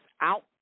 out